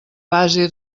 base